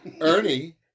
Ernie